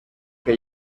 que